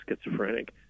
schizophrenic